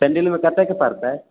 सेंडिलमे कतेकके पड़तै